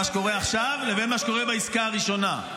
שקורה עכשיו לבין מה שקרה בעסקה הראשונה.